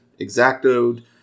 exactoed